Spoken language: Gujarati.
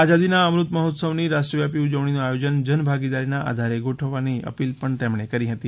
આઝાદીના અમૃત મહોત્સવની રાષ્ટ્રવ્યાપી ઉજવણીનું આયોજન જન ભાગીદારીના આધારે ગોઠવવાની અપીલ પણ તેમણે કરી હતી